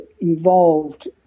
involved